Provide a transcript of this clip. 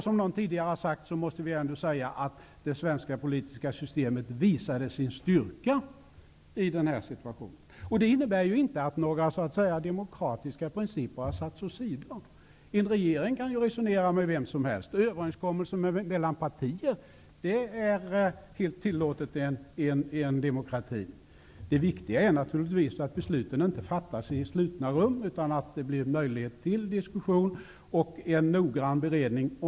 Som någon tidigare har sagt måste vi ändå säga att det svenska politiska systemet visade sin styrka i den här är situationen. Det som skedde innebär inte att några demokratiska principer har satts åsido. En regering kan ju resonera med vem som helst. I en demokrati är det helt tillåtet med överenskommelser mellan partier. Det viktiga är naturligtvis att besluten inte fattas i slutna rum, utan att det ges möjlighet till diskussion och en noggrann beredning.